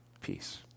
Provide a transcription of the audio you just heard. Peace